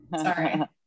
Sorry